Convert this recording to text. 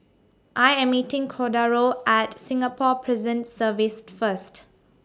I Am meeting Cordaro At Singapore Prison Service First